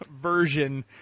version